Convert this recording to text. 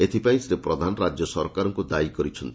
ଏଥପାଇଁ ଶ୍ରୀ ପ୍ରଧାନ ରାଜ୍ୟ ସରକାରଙ୍କୁ ଦାୟୀ କରିଛନ୍ତି